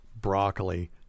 broccoli